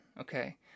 okay